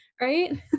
Right